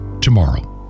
tomorrow